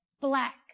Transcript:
black